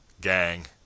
gang